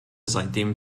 seitdem